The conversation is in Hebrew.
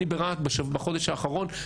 אני ברהט בחודש האחרון,